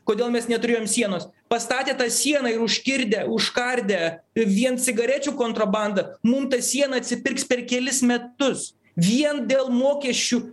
kodėl mes neturėjom sienos pastatė tą sieną ir užkirdė užkardė vien cigarečių kontrabandą mum ta siena atsipirks per kelis metus vien dėl mokesčių